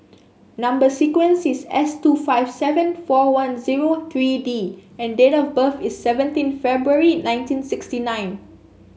number sequence is S two five seven four one zero three D and date of birth is seventeen February nineteen sixty nine